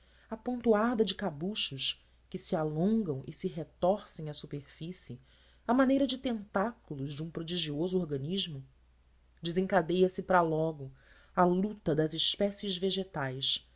apontoada de cabuchos que se alongam e se retorcem à superfície à maneira de tentáculos de um prodigioso organismo desencadeia se para logo a luta das espécies vegetais